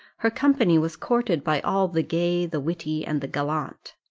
her company was courted by all the gay, the witty, and the gallant.